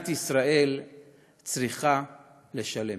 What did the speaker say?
ומדינת ישראל צריכה לשלם.